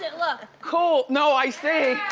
look. cool, no, i see.